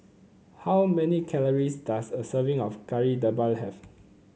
how many calories does a serving of Kari Debal have